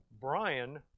Brian